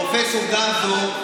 פרופ' גמזו,